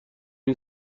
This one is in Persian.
این